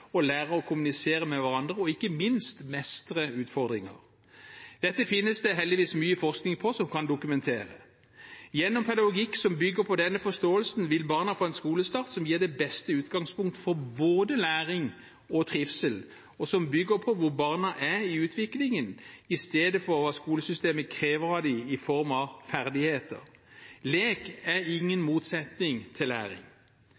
å kommunisere med hverandre og ikke minst mestre utfordringer. Dette finnes det heldigvis mye forskning på som kan dokumentere. Gjennom pedagogikk som bygger på denne forståelsen, vil barna få en skolestart som gir det beste utgangspunkt for både læring og trivsel, og som bygger på hvor barna er i utviklingen, i stedet for at skolesystemet krever av dem i form av ferdigheter. Lek er ingen motsetning til læring.